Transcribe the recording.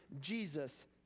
Jesus